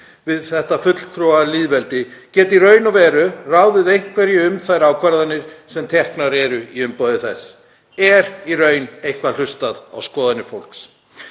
við fulltrúalýðræði geti í raun og veru ráðið einhverju um þær ákvarðanir sem teknar eru í umboði þess. Er í raun eitthvað hlustað á skoðanir fólks?